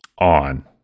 on